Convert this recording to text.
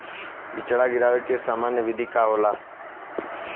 बिचड़ा गिरावे के सामान्य विधि का होला?